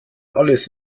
alles